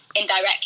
indirectly